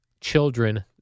children